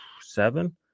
seven